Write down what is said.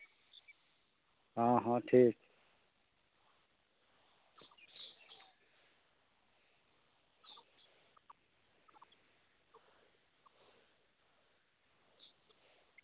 ᱦᱚᱸ ᱦᱚᱸ ᱴᱷᱤᱠ